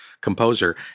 composer